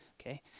Okay